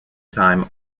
time